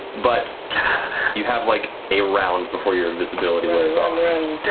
but you have like a round before your invisibility wears off.